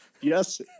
Yes